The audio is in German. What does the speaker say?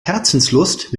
herzenslust